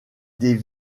des